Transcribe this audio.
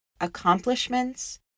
accomplishments